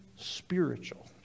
spiritual